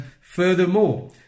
furthermore